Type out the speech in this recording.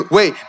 Wait